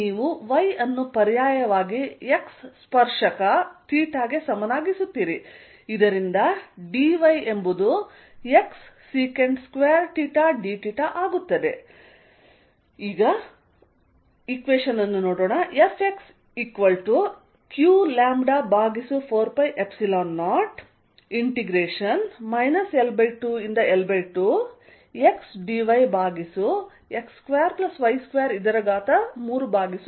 ನೀವು y ಅನ್ನು ಪರ್ಯಾಯವಾಗಿ x ಸ್ಪರ್ಶಕ ಥೀಟಾಗೆ ಸಮನಾಗಿಸುತ್ತೀರಿ ಇದರಿಂದ dy ಯು xsec2θdθ ಆಗುತ್ತದೆ